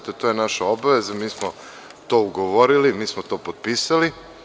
To je naša obaveza mi smo to ugovorili, mi smo to potpisali.